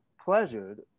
pleasured